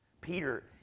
Peter